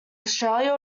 australia